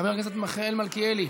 חבר הכנסת מיכאל מלכיאלי,